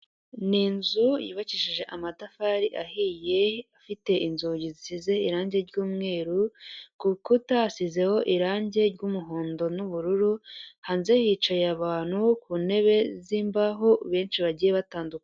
Ni inzu yubakishije amatafari ahiye afite inzugi zisize irange ry'umweru, ku rukuta hasizeho irange ry'umuhondo n'ubururu, hanze hicaye abantu ku ntebe z'imbaho benshi bagiye batandukanye.